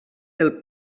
del